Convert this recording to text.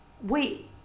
wait